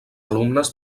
alumnes